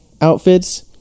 outfits